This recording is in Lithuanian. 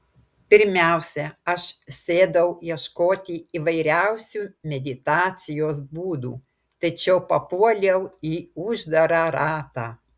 pirmiausia aš sėdau ieškoti įvairiausių meditacijos būdų tačiau papuoliau į uždarą ratą